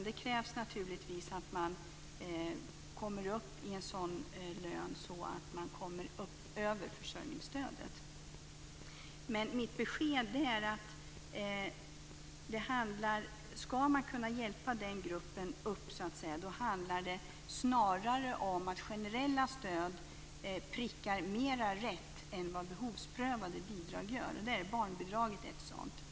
Det krävs naturligtvis att man kommer upp i en lön som ligger ovanför försörjningsstödet. Mitt besked är att om man ska kunna hjälpa den här gruppen handlar det snarare om att generella stöd träffar mera rätt än behovsprövade bidrag. Barnbidragen är ett sådant exempel.